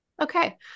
Okay